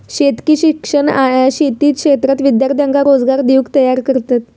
शेतकी शिक्षण शेती क्षेत्रात विद्यार्थ्यांका रोजगार देऊक तयार करतत